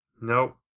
nope